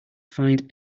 find